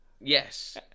Yes